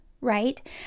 right